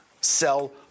Sell